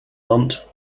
hunt